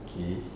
okay